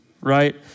right